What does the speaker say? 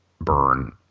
Burn